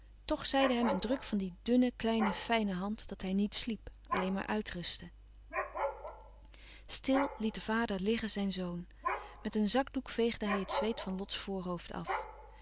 zeide hem een druk van die dunne kleine fijne hand dat hij niet sliep alleen maar uitrustte stil liet de vader liggen zijn louis couperus van oude menschen de dingen die voorbij gaan zoon met een zakdoek veegde hij het zweet van lots voorhoofd af